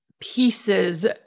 pieces